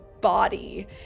body